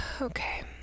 okay